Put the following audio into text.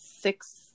six